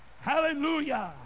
Hallelujah